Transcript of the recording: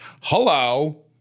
hello